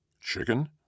Chicken